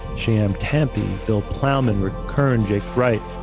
shyam thampi, bill plowman, rick kern, jake wright,